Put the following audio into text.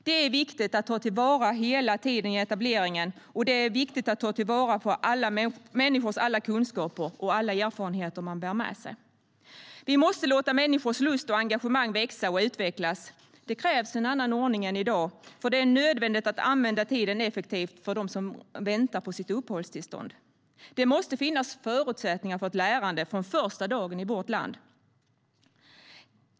Det är viktigt att ta till vara hela etableringstiden, och det är viktigt att ta vara på människors alla kunskaper och alla erfarenheter de bär med sig. Vi måste låta människors lust och engagemang växa och utvecklas. Det krävs en annan ordning än i dag, för det är nödvändigt att använda tiden effektivt för dem som väntar på uppehållstillstånd. Det måste finnas förutsättningar för lärande från första dagen i vårt land.